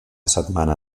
setmana